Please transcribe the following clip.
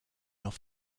off